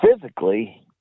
physically